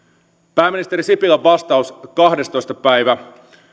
pääministeri sipilän vastaus kahdestoista